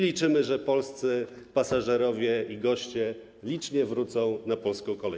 Liczymy, że polscy pasażerowie i goście licznie wrócą na polską kolej.